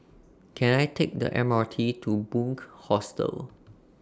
Can I Take The M R T to Bunc Hostel